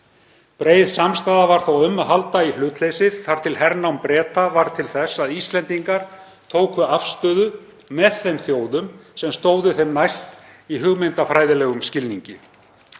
Breið samstaða var þó um að halda í hlutleysið þar til hernám Breta varð til þess að Íslendingar tóku afstöðu með þeim þjóðum sem stóðu þeim næst í hugmyndafræðilegum skilningi.